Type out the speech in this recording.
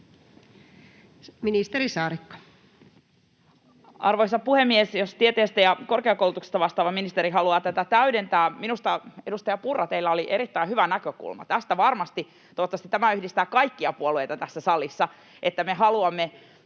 Ministeri Saarikko. Arvoisa puhemies! Jospa tieteestä ja korkeakoulutuksesta vastaava ministeri haluaa tätä täydentää. Minusta, edustaja Purra, teillä oli erittäin hyvä näkökulma. Toivottavasti tämä yhdistää kaikkia puolueita tässä salissa, että me haluamme